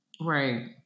Right